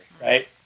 right